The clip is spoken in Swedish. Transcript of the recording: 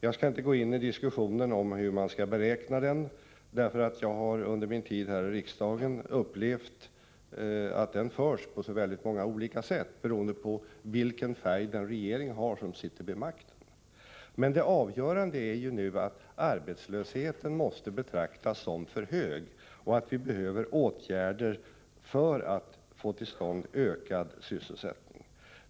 Jag skall inte gå in i diskussionen om hur man skall beräkna arbetslösheten, därför att jag har under min tid här i riksdagen upplevt att den diskussionen förs på så många olika sätt, beroende på vilken färg den regering har som sitter vid makten. Men det avgörande är ju nu att arbetslösheten måste betraktas som för hög och att vi behöver åtgärder för att få till stånd ökad sysselsättning.